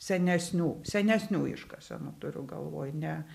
senesnių senesnių iškasenų turiu galvoj ne